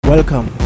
Welcome